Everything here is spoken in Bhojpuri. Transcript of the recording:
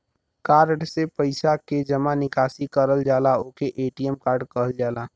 कार्ड से पइसा के जमा निकासी करल जाला ओके ए.टी.एम कार्ड कहल जाला